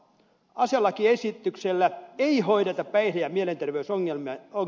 aselakiesityksellä ei hoideta päihde ja mielenterveysongelmaisia